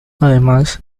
además